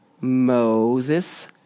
Moses